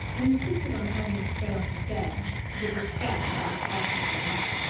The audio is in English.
and insisted on having it spread on his bed, to the disgust of his fashionable wife.